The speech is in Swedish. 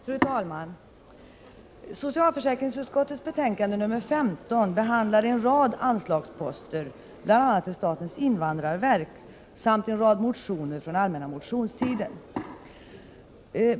Fru talman! Socialförsäkringsutskottets betänkande 1986/87:15 behandlar en rad anslagsposter, bl.a. till statens invandrarverk, samt en rad motioner från allmänna motionstiden.